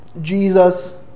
Jesus